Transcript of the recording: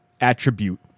attribute